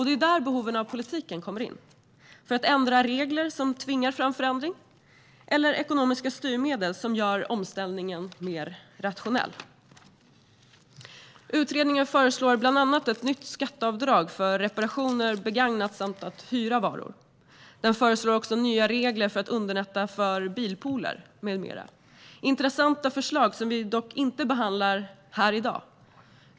Det är där behovet av politiken kommer in - för att ändra regler och tvinga fram förändring eller genom ekonomiska styrmedel som gör omställningen mer rationell. Utredningen föreslår bland annat ett nytt skatteavdrag för reparationer, begagnat och att hyra varor. Den föreslår också nya regler för att underlätta för bilpooler med mera. Det är intressanta förslag som vi dock inte behandlar här i dag.